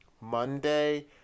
Monday